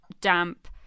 damp